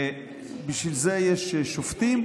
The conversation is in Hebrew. בשביל זה יש שופטים,